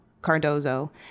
Cardozo